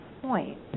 point